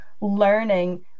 learning